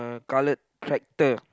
colored tractor